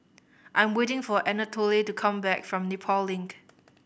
I am waiting for Anatole to come back from Nepal Link